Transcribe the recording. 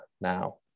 now